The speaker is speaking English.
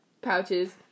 Pouches